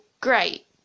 great